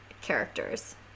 characters